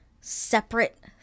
separate